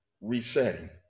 resetting